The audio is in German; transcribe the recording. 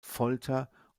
folter